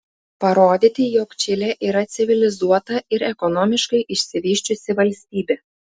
parodyti jog čilė yra civilizuota ir ekonomiškai išsivysčiusi valstybė